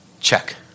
Check